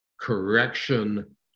correction